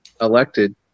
elected